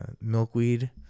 milkweed